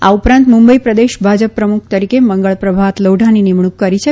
આ ઉપરાંત મુંબઇ પ્રદેશ ભાજપ પ્રમુખ તરીકે મંગળપ્રભાત લોઢાની નિમણુંક કરી છે